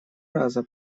раза